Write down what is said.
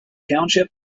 township